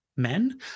men